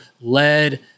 led